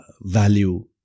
value